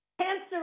Cancer